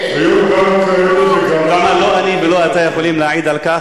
היו כמה כאלה, לא אני ולא אתה יכולים להעיד על כך.